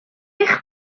eich